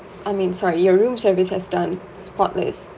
I mean sorry your room service has done spotless